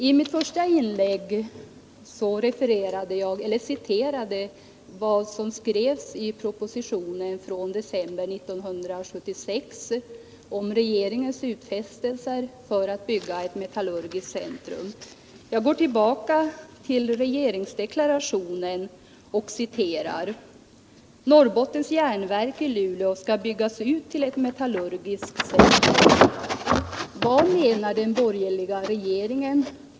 I mitt första inlägg citerade jag vad som skrevs i propositionen från december 1976 om regeringens utfästelser att bygga ett metallurgiskt centrum. Jag går tillbaka till regeringsdeklarationen och citerar: ” Norrbottens Järnverk i Luleå skall byggas ut till ett metallurgiskt centrum.” Vad menar den borgerliga regeringen?